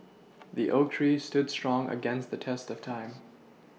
the oak tree stood strong against the test of time